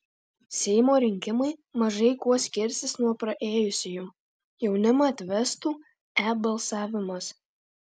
seimo rinkimai mažai kuo skirsis nuo praėjusiųjų jaunimą atvestų e balsavimas